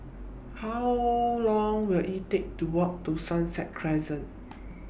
How Long Will IT Take to Walk to Sunset Crescent